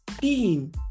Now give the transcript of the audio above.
team